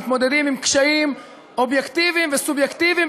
מתמודדים עם קשיים אובייקטיביים וסובייקטיביים,